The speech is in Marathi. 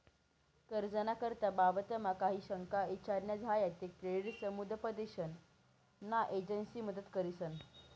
कर्ज ना बाबतमा काही शंका ईचार न्या झायात ते क्रेडिट समुपदेशन न्या एजंसी मदत करतीस